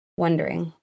wondering